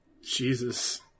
Jesus